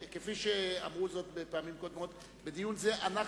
כפי שאמרו בפעמים קודמות, בדיון זה אנחנו,